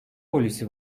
polisi